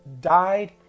died